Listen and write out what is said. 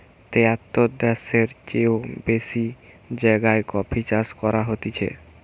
তেয়াত্তর দ্যাশের চেও বেশি জাগায় কফি চাষ করা হতিছে